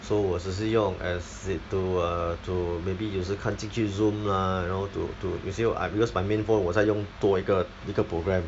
so 我只是用 as it~ to err to maybe 有时开进去 Zoom lah you know to to 有时候 because my main phone 我在用多一个一个 program